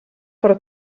però